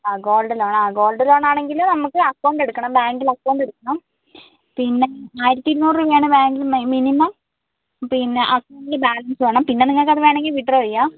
ആ ഗോൾഡ് ലോണോ ആ ഗോൾഡ് ലോൺ ആണെങ്കിൽ നമ്മൾക്ക് അക്കൗണ്ട് എടുക്കണം ബാങ്കിൽ അക്കൗണ്ട് എടുക്കണം പിന്നെ ആയിരത്തി ഇരുന്നൂറ് രൂപയാണ് ബാങ്കിൽ മിനിമം പിന്നെ അക്കൗണ്ടിൽ ബാലൻസ് വേണം പിന്നെ നിങ്ങക്കൾത് വേണമെങ്കിൽ വിഡ്രോ ചെയ്യാം